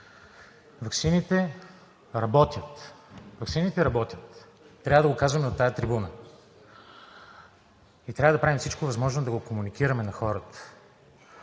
Ваксините работят! Ваксините работят! Трябва да го кажем от тази трибуна и трябва да правим всичко възможно да го комуникираме на хората.